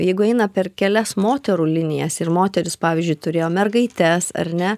jeigu eina per kelias moterų linijas ir moteris pavyzdžiui turėjo mergaites ar ne